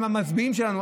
הם המצביעים שלנו.